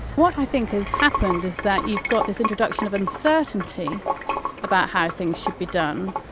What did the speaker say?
what i think has happened is that you've got this introduction of uncertainty about how things should be done,